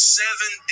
seven